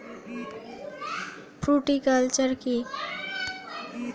Fruticulture কী?